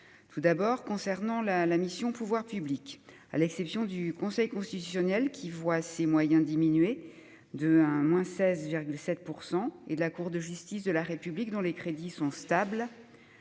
par évoquer la mission « Pouvoirs publics ». À l'exception du Conseil constitutionnel, qui voit ses moyens diminuer de 16,7 %, et de la Cour de justice de la République, dont les crédits sont stables,